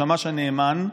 השמש הנאמן,